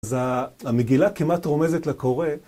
אז המגילה כמעט רומזת לקורא.